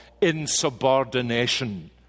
insubordination